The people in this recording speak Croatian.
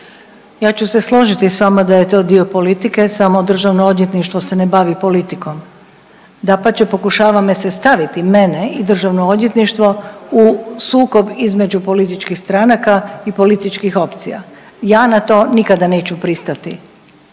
Ja ću se složiti s vama da je to dio politike samo Državno odvjetništvo se ne bavi politikom. Dapače pokušava me se staviti mene i Državno odvjetništvo u sukob između političkih stranaka i političkih opcija. Ja na to nikada neću pristati.